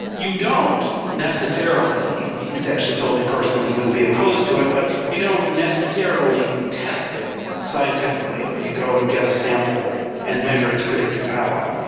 you don't necessarily, he he has actually told me personally he wouldn't be opposed to it, but you don't necessarily test it scientifically where you go and get a sample and measure its predictive power.